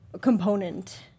component